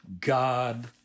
God